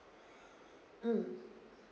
mm